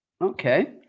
Okay